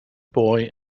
boy